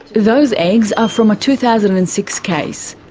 those eggs are from a two thousand and six case.